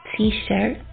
t-shirt